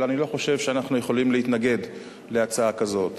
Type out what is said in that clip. אבל אני לא חושב שאנחנו יכולים להתנגד להצעה כזאת,